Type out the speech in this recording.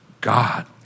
God